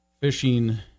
fishing